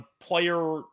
player